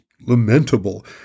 lamentable